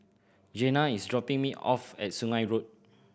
Jena is dropping me off at Sungei Road